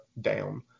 down